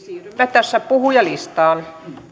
tässä puhujalistaan